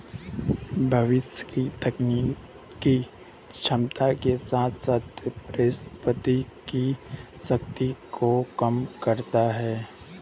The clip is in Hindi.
भविष्य की तकनीकी क्षमता के साथ साथ परिसंपत्ति की शक्ति को कम करता है